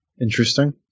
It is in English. Interesting